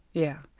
yeah.